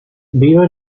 viva